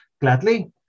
Gladly